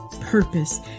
purpose